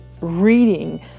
reading